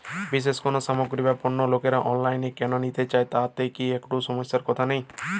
বিশেষ কোনো সামগ্রী বা পণ্য লোকেরা অনলাইনে কেন নিতে চান তাতে কি একটুও সমস্যার কথা নেই?